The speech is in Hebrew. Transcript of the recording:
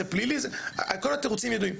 זה פלילי וכל התירוצים ידועים.